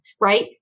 right